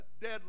dead